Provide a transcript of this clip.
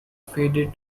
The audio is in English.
faded